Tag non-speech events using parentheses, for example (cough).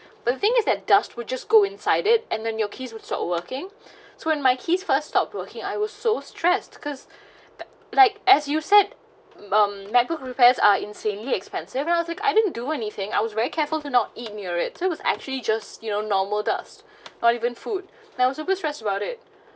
but the thing is that dust will just go inside it and then your keys will stop working (breath) so and my keys first stop working I was so stressed cause (breath) like as you said um macbook repairs are insanely expensive I didn't do anything I was very careful to not eat near it so I was actually just you know normal dust (breath) not even food now I was super stressed about it